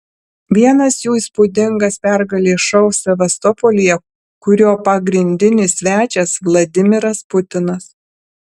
vienas jų įspūdingas pergalės šou sevastopolyje kurio pagrindinis svečias vladimiras putinas